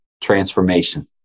transformation